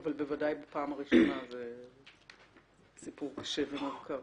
אבל בוודאי שבפעם הראשונה זה סיפור קשה ומורכב.